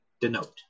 denote